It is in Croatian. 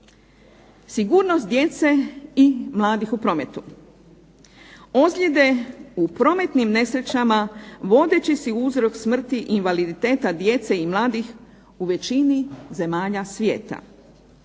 Sigurnost djece i mladih u prometu, ozljede u prometnim nesrećama vodeći si uzrok smrti i invaliditeta djece i malih u većini zemalja svijeta.